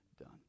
done